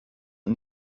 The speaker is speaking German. und